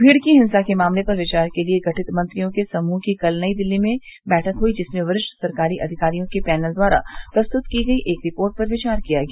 भीड़ की हिंसा के मामले पर विचार के लिए गठित मंत्रियों के समूह की कल नई दिल्ली में बैठक हुई जिसमें वरिष्ठ सरकारी अधिकारियों के पैनल द्वारा प्रस्तुत की गई रिपोर्ट पर विचार किया गया